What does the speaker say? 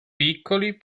piccoli